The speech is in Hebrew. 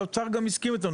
האוצר גם הסכים איתנו,